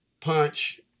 punch